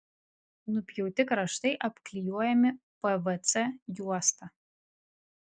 nupjauti kraštai apklijuojami pvc juosta